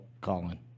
Colin